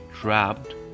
trapped